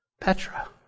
Petra